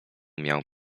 miał